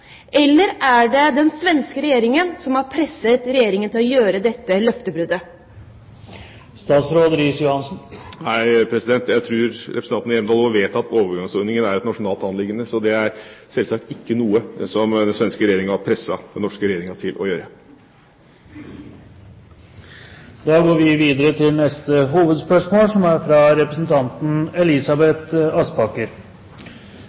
eller er det den svenske regjeringen som har presset Regjeringen til dette løftebruddet? Nei, jeg tror representanten Hjemdal også vet at overgangsordningen er et nasjonalt anliggende, så det er selvsagt ikke noe den svenske regjeringen har presset den norske regjeringen til å gjøre. Vi går videre til neste hovedspørsmål. Spørsmålet mitt går til kunnskapsminister Kristin Halvorsen. Frafallet i videregående opplæring er